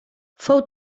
fou